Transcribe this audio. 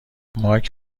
مایک